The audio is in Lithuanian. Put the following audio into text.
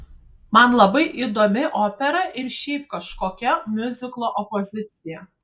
man labai įdomi opera ir šiaip kažkokia miuziklo opozicija